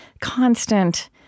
constant